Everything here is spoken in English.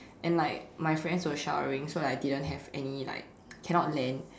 and like my friends were showering so I didn't have any like cannot lend